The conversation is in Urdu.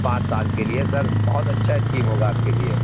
پانچ سا ل کے لیے سر بہت اچھا اسکیم ہوگا آپ کے لیے